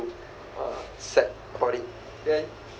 uh sad about it then